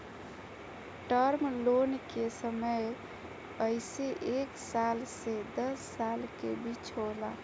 term loan के समय अइसे एक साल से दस साल के बीच होला